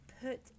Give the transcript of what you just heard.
put